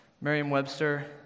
Merriam-Webster